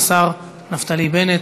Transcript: השר נפתלי בנט.